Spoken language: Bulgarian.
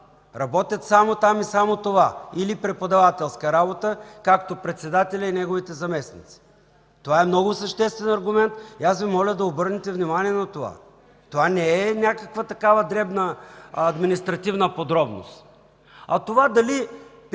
работят само там и само това или преподавателска работа, както председателят и неговите заместници. Това е много съществен аргумент и аз Ви моля да обърнете внимание на това. Това не е някаква дребна административна подробност. А това дали